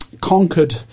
conquered